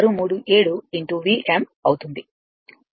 637 Vm అవుతుంది